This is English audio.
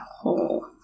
hole